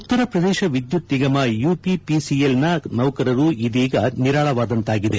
ಉತ್ತರ ಪ್ರದೇಶ ವಿದ್ಯುತ್ ನಿಗಮ ಯಪಿಪಿಸಿಎಲ್ನ ನೌಕರರರು ಇದೀಗ ನಿರಾಳವಾದಂತಾಗಿದೆ